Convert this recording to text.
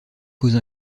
cause